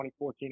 2014